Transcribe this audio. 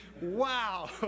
wow